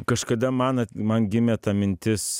kažkada man man gimė ta mintis